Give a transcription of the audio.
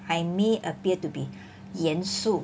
I may appear to be 严肃